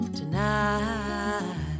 tonight